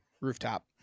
Rooftop